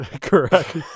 correct